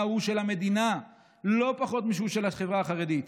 הוא של המדינה לא פחות משהוא של החברה החרדית.